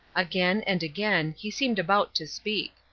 again and again, he seemed about to speak.